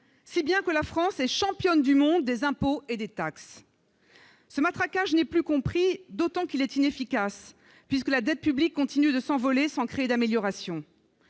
si bien que la France est championne du monde des impôts et des taxes ! Ce matraquage n'est plus compris, d'autant qu'il est inefficace, puisque la dette publique continue de s'envoler, sans créer d'amélioration.